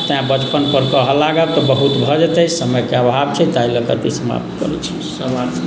तैँ बचपनपर कहय लागब तऽ बहुत भऽ जेतै समयके अभाव छै ताहि लकऽ ई समाप्त करैत छी सभ